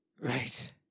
Right